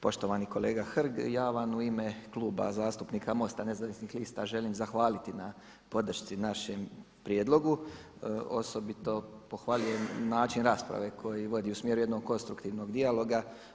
Poštovani kolega Hrg, ja vam u ime Kluba zastupnika MOST-a Nezavisnih lista želim zahvaliti na podršci našem prijedlogu, osobito pohvaljujem način rasprave koji vodi u smjeru jednog konstruktivnog dijaloga.